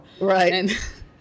Right